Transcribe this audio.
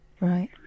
Right